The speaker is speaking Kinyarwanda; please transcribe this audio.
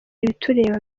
ibitureba